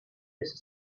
just